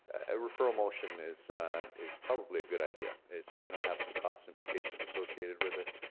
a referral motion is is probably a good idea. it's going to have some cost implications associated with it.